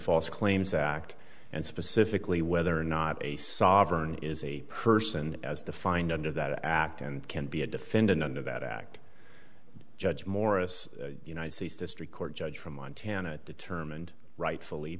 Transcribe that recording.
false claims act and specifically whether or not a sovereign is a person as defined under that act and can be a defendant under that act judge morris united states district court judge from montana determined rightfully